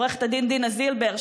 עו"ד דינה זילבר,